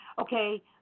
okay